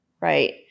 right